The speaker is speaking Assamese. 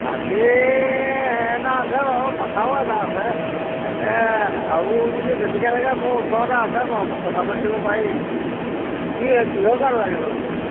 ফাচী এটা আছে বাৰু পাঠাও এটা আছে তাকে আৰু যদি বেছিকৈ লাগে মোৰ ওচৰতে আছে বাৰু মই কথা পাতি দিব পাৰিম কি কিহৰ কাৰণে লাগেনো আপোনাক